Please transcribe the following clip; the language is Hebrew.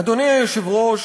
אדוני היושב-ראש,